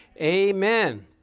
amen